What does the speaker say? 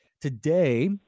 today